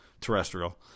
Terrestrial